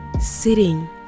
sitting